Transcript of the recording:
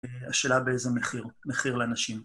השאלה באיזה מחיר, מחיר לאנשים.